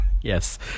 yes